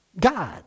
God